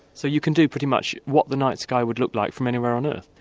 so you can do pretty much what the night sky would look like from anywhere on earth?